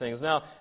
Now